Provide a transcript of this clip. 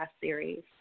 series